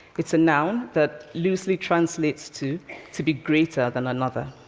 it's a noun that loosely translates to to be greater than another.